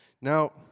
Now